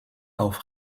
auf